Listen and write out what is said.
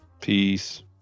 Peace